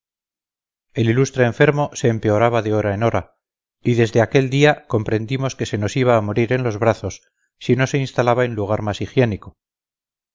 el ilustre enfermo se empeoraba de hora en hora y desde aquel día comprendimos que se nos iba a morir en los brazos si no se instalaba en lugar más higiénico